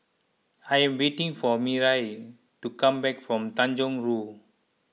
I am waiting for Miriah to come back from Tanjong Rhu